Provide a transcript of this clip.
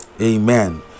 amen